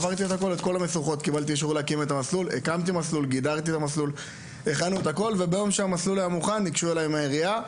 כי הפרוצדורה מסובכת, כי הבירוקרטיה גדולה עליהם.